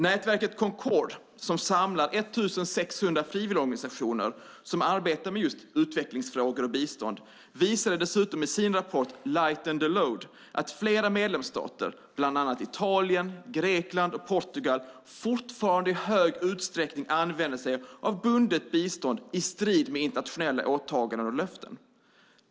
Nätverket Concord, som samlar 1 600 frivilligorganisationer som arbetar med just utvecklingsfrågor och bistånd, visade dessutom i sin rapport Lighten the load att flera medlemsstater, bland annat Italien, Grekland och Portugal, fortfarande i hög utsträckning använder sig av bundet bistånd i strid med internationella åtaganden och löften.